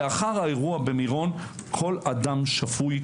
לאחר האירוע במירון כל אדם שפוי,